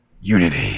unity